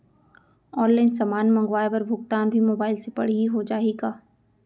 Online समान मंगवाय बर भुगतान भी मोबाइल से पड़ही हो जाही का?